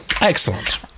Excellent